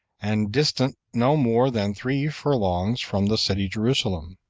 and distant no more than three furlongs from the city jerusalem.